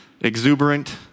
Exuberant